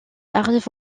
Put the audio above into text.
arrive